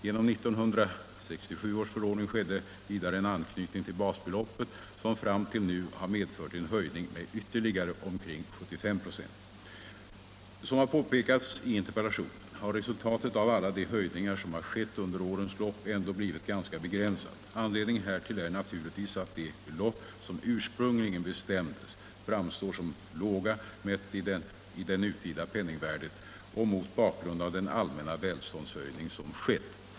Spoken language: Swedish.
Genom 1967 års förordning skedde vidare en anknytning till basbeloppet som fram till nu har medfört en höjning med Som har påpekats i interpellationen har resultatet av alla de höjningar som har skett under årens lopp ändå blivit ganska begränsat. Anledningen härtill är naturligtvis att de belopp som ursprungligen bestämdes framstår som låga mätt i det nutida penningvärdet och mot bakgrund av den allmänna välståndshöjning som skett.